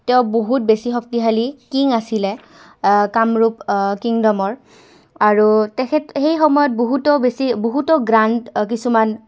তেওঁ বহুত বেছি শক্তিশালী কিং আছিলে কামৰূপ কিংডমৰ আৰু তেখেত সেই সময়ত বহুতো বেছি বহুতো গ্ৰাণ্ড কিছুমান